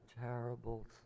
terrible